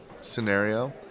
scenario